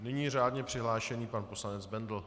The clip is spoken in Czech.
Nyní řádně přihlášený pan poslanec Bendl.